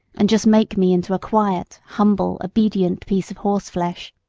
and just make me into a quiet, humble, obedient piece of horseflesh.